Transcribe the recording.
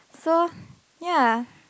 so ya